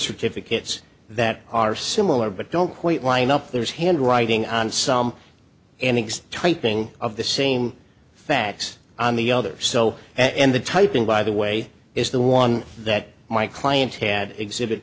certificates that are similar but don't quite line up there's handwriting on some endings typing of the same facts on the other so and the typing by the way is the one that my client had exhibit